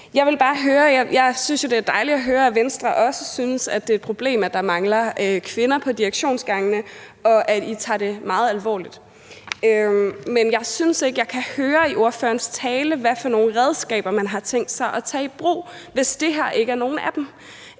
Jeg synes jo, det er dejligt at høre, at Venstre også synes, at det er et problem, at der mangler kvinder på direktionsgangene, og at I tager det meget alvorligt. Men jeg synes ikke, at jeg kan høre i ordførerens tale, hvad for nogle redskaber man har tænkt sig at tage i brug, hvis det her ikke er nogen af dem.